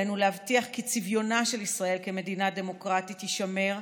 עלינו להבטיח כי צביונה של ישראל כמדינה דמוקרטית יישמר,